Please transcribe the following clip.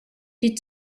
due